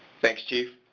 thanks, chief.